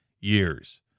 years